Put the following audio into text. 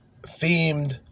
themed